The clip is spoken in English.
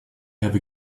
have